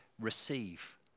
receive